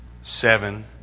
seven